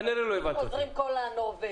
כנראה שלא הבנת אותי.